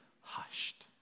hushed